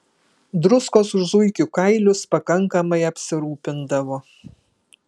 druskos už zuikių kailius pakankamai apsirūpindavo